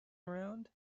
around